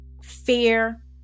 fear